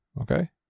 Okay